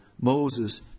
Moses